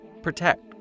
protect